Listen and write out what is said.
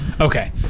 Okay